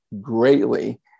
greatly